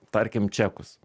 tarkim čekus